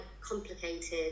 complicated